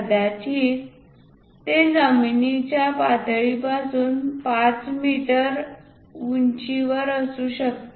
कदाचित ते जमिनीच्या पातळीपासून 5 मीटर उंच असू शकते